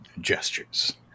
Gestures